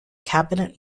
cabinet